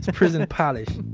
so prison polish